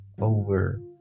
over